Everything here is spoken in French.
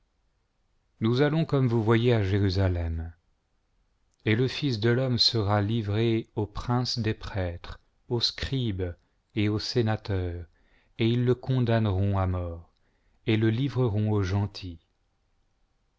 nous allons comme vous voyez à jérusalem et le fils de l'homme sera livré aux princes des prêtres aux scribes et aux sénateurs ils le condamneront à la mort et le livreront aux